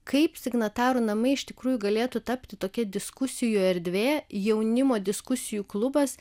kaip signatarų namai iš tikrųjų galėtų tapti tokia diskusijų erdvė jaunimo diskusijų klubas